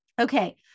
Okay